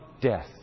death